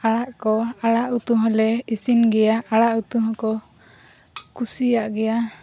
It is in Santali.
ᱟᱲᱟᱜ ᱠᱚ ᱟᱲᱟᱜ ᱩᱛᱩᱦᱚᱸᱞᱮ ᱤᱥᱤᱱ ᱜᱮᱭᱟ ᱟᱲᱟᱜ ᱩᱛᱩ ᱦᱚᱸ ᱠᱚ ᱠᱩᱥᱤᱭᱟᱜ ᱜᱮᱭᱟ